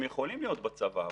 הם יכולים להיות בצבא,